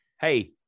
Hey